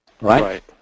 right